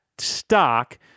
stock